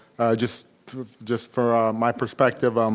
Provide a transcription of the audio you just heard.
just just for my perspective um